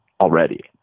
already